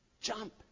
jump